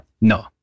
No